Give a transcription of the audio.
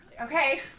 Okay